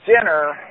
dinner